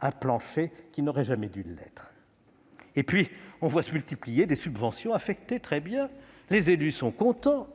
un plancher qui n'aurait jamais dû l'être. On voit par ailleurs se multiplier des subventions affectées. Très bien, les élus sont contents,